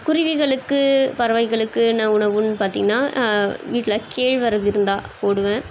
குருவிகளுக்கு பறவைகளுக்கு என்ன உணவுனு பார்த்தீங்கன்னா வீட்டில் கேழ்வரகு இருந்தால் போடுவேன்